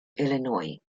illinois